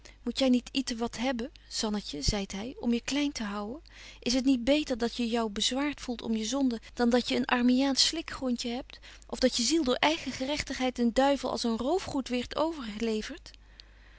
moet jy niet ietewat hebben zannetje zeit hy om je klein te houwen is het niet beter dat je jou bezwaart voelt om je zonden dan dat je een armiaansch slikgrondje hebt of dat je ziel door eigen gerechtigheid den duivel als een roofgoed wierd overgelevert